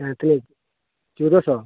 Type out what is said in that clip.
ᱦᱮᱸ ᱛᱤᱱᱟᱹᱜ ᱪᱳᱫᱽᱫᱳ ᱥᱚ